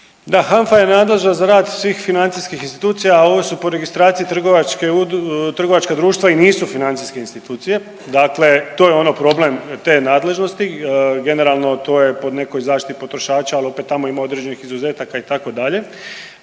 Da, HANFA je nadležna za rad svih financijskih institucija, a ovo su po registraciji trgovačka društva i nisu financijske institucije, dakle to je ono problem te nadležnosti, generalno to je po nekoj zaštiti potrošača, al opet tamo ima određenih izuzetaka itd.. Banke